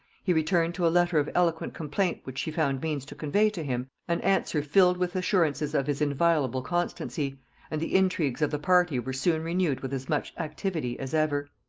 he returned to a letter of eloquent complaint which she found means to convey to him, an answer filled with assurances of his inviolable constancy and the intrigues of the party were soon renewed with as much activity as ever.